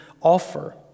offer